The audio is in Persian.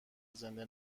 زنده